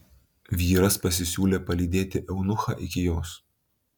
vyras pasisiūlė palydėti eunuchą iki jos